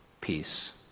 peace